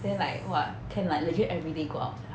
then like what can legit everyday go out sia